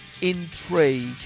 intrigue